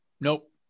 Nope